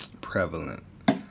prevalent